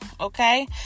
okay